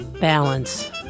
balance